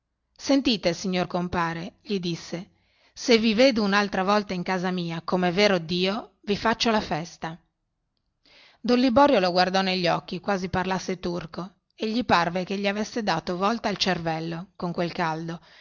sentite signor compare gli disse lui se vi vedo unaltra volta in casa mia comè vero dio vi faccio la festa don liborio lo guardò negli occhi quasi parlasse turco e gli parve che gli avesse dato volta al cervello con quel caldo